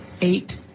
Eight